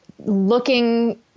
looking